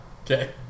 Okay